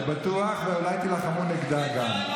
אני בטוח, ואולי תילחמו נגדה גם.